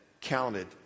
counted